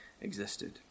existed